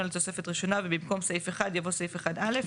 ל"תוספת ראשונה" ובמקום "(סעיף 1)" יבוא "סעיף 1(א))"